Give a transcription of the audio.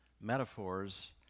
metaphors